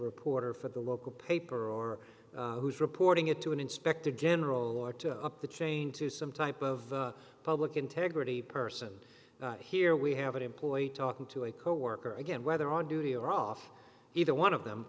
reporter for the local paper or who's reporting it to an inspector general or to up the chain to some type of public integrity person here we have an employee talking to a coworker again whether on duty or off either one of them